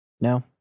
No